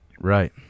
Right